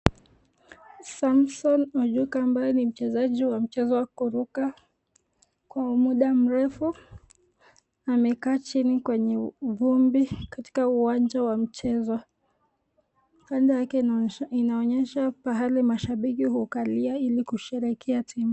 Samson Machoka ambaye ni mchezaji wa kuruka kwa muda mrefu, amekaa chini kwenye vumbi katika uwanja wa mchezo, kando yake inaonyesha mahli mashabiki hukalia ili kusherehekea timu.